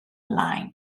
line